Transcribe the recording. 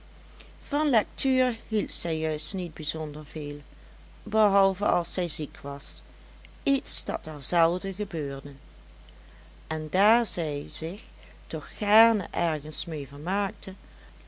van lectuur hield zij juist niet bijzonder veel behalve als zij ziek was iets dat haar zelden gebeurde en daar zij zich toch gaarne ergens mee vermaakte